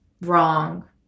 wrong